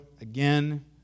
again